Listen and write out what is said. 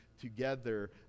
together